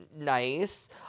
nice